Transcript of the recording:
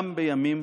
גם בימים